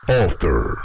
author